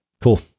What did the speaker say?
cool